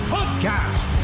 Podcast